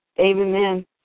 amen